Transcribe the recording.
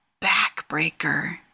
backbreaker